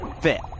fit